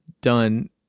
done